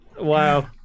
Wow